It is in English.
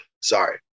Sorry